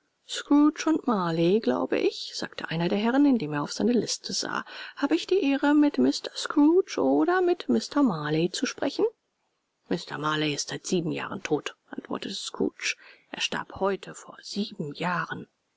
und marley glaube ich sagte einer der herren indem er auf seine liste sah hab ich die ehre mit mr scrooge oder mit mr marley zu sprechen mr marley ist seit sieben jahren tot antwortete scrooge er starb heute vor sieben jahren